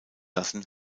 lassen